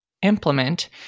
implement